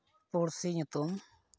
ᱯᱩᱬᱥᱤ ᱧᱩᱛᱩᱢ